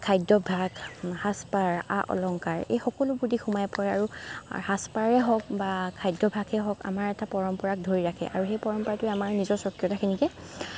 খাদ্যাভ্যাস সাজপাৰ আ অলংকাৰ এই সকলোবোৰ দিশ সোমাই পৰে আৰু সাজপাৰেই হওক বা খাদ্যাভ্যাসেই হওক আমাৰ এটা পৰম্পৰাক ধৰি ৰাখে আৰু সেই পৰম্পৰাটোৱে আমাৰ নিজৰ স্বকীয়তাখিনিকে